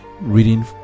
reading